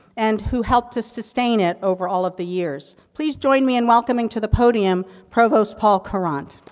and who helped to sustain it over all of the years. please join me in welcoming to the podium, provost paul courant.